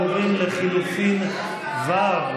עוברים ללחלופין ו'